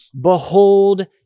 behold